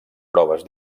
proves